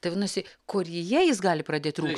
tai vadinasi koryje jis gali pradėti rūgt